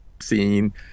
scene